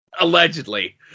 allegedly